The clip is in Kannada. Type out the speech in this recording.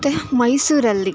ಮತ್ತು ಮೈಸೂರಲ್ಲಿ